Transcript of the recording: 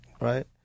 right